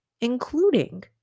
including